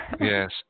Yes